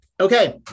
Okay